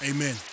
Amen